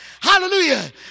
Hallelujah